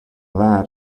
that